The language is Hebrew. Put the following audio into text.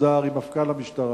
מסודר עם מפכ"ל המשטרה,